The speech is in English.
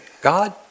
God